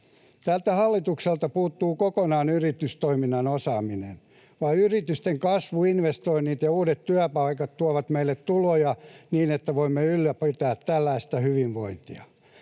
Tältä hallitukselta puuttuu kokonaan yritystoiminnan osaaminen. Vain yritysten kasvu, investoinnit ja uudet työpaikat tuovat meille tuloja, niin että voimme ylläpitää tällaista hyvinvointia.